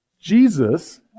Jesus